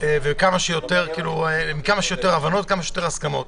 עם כמה שיותר הבנות וכמה שיותר הסכמות.